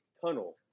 tunnel